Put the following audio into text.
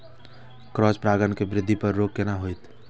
Cross परागण के वृद्धि पर रोक केना होयत?